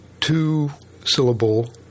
two-syllable